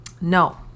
No